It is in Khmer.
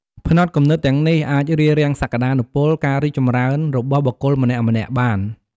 ផ្នត់គំនិតទាំងនេះអាចរារាំងសក្ដានុពល ការរីចចម្រើនរបស់បុគ្គលម្នាក់ៗបាន។